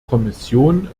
kommission